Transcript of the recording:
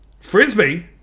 frisbee